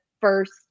first